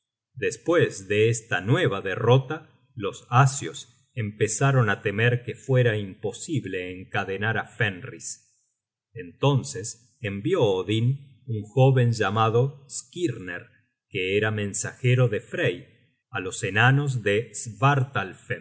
despues de esta nueva derrota los asios empezaron á temer que fuera imposible encadenar á fenris entonces envió odin un joven llamado skirner que era mensajero de frey á los enanos de